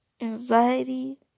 anxiety